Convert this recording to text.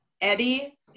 Eddie